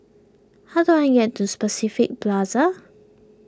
how do I get to Specific Plaza